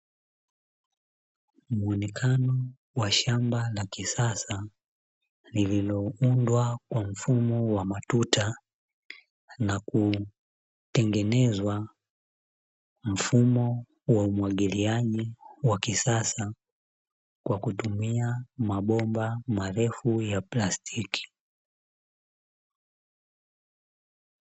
Mwonekano wa shamba la kisasa, lililoundwa kwa mfumo wa matuta na kutengenezwa mfumo wa umwagiliaji wa kisasa, kwa kutumia mabomba marefu ya plastiki.